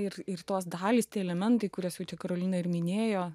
ir ir tos dalys tie elementai kuriuos jau karolina ir minėjo